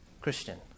Christian